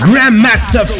Grandmaster